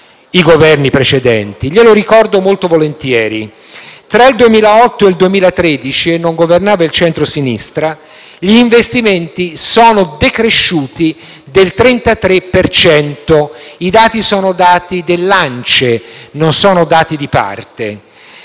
i Governi precedenti. Glielo ricordo molto volentieri: tra il 2008 e il 2013 (non governava il centrosinistra) gli investimenti sono decresciuti del 33 per cento (sono dati dell’ANCE, non sono dati di parte).